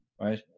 right